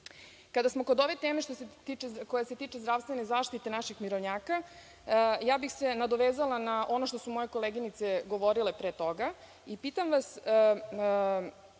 smo kod ove teme koja se tiče zdravstvene zaštite naših mirovnjaka, ja bih se nadovezala na ono što su moje koleginice govorile pre toga i pitam vas,